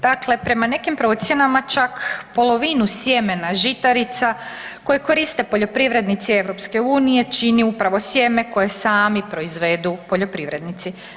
Dakle, prema nekim procjenama, čak polovinu sjemena žitarica koje koriste poljoprivrednici EU-a čini upravo sjeme koji sami proizvodu poljoprivrednici.